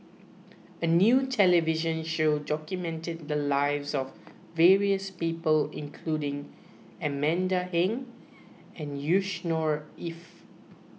a new television show documented the lives of various people including Amanda Heng and Yusnor Ef